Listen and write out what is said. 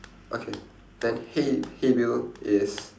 okay then hey hey bill is